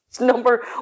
Number